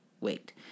wait